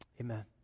Amen